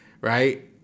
right